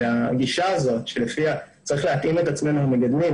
והגישה הזאת שלפיה צריך להתאים את עצמנו למגדלים,